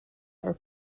are